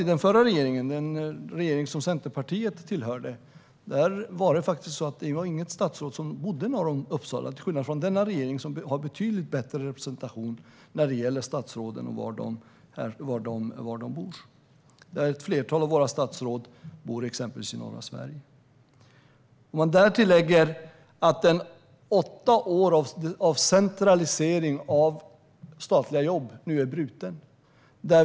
I den förra regeringen, den regering som Centerpartiet tillhörde, var det inte något statsråd som bodde norr om Uppsala, till skillnad från denna regering som har betydligt bättre representation när det gäller var statsråden bor. Ett flertal av våra statsråd bor i norra Sverige. Åtta år av centralisering av statliga jobb är nu bruten.